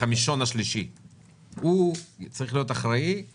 בנעליו וממשיך את כל סוג ההשכרה.